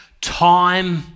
time